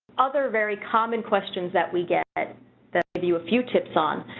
other very common questions that we get that you a few tips on,